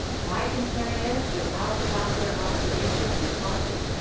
my concern is without proper observation, who's watching,